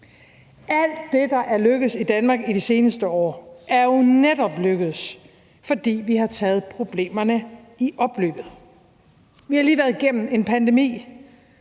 Alt det, der er lykkedes i Danmark i de seneste år, er jo netop lykkedes, fordi vi har taget problemerne i opløbet. Vi har lige været igennem en pandemi.